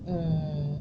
mm